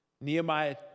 Nehemiah